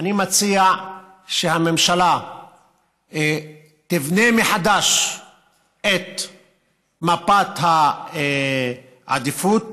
אני מציע שהממשלה תבנה מחדש את מפת העדיפות